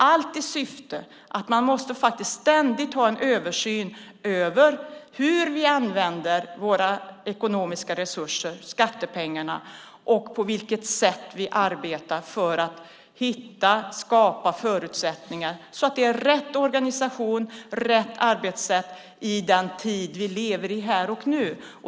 Vi måste ständigt ha en översyn av hur vi använder de ekonomiska resurserna, skattepengarna, och på vilket sätt vi arbetar för att hitta och skapa förutsättningar så att det är rätt organisation och rätt arbetssätt för den tid vi lever i här och nu.